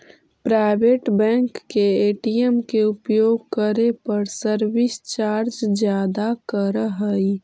private bank के ATM के उपयोग करे पर सर्विस चार्ज ज्यादा करऽ हइ